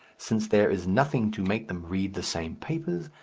since there is nothing to make them read the same papers,